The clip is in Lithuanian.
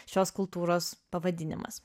šios kultūros pavadinimas